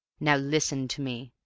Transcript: now listen to me.